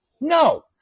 no